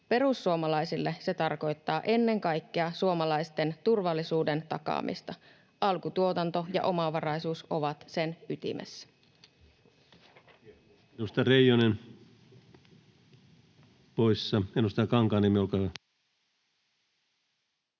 Perussuomalaisille se tarkoittaa ennen kaikkea suomalaisten turvallisuuden takaamista. Alkutuotanto ja omavaraisuus ovat sen ytimessä.